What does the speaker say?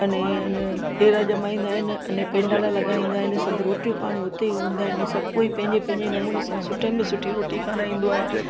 अने अन डेरो ॼमाईंदा आहिनि अने पंडाल लॻाईंदा आहिनि सभु रोटियूं पाणियूं उते ई हूंदा आहिनि सभु कोई पंहिंजे पंहिंजे नमूने सां सुठे में सुठी रोटी खाराईंदो आहे